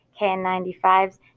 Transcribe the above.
KN95s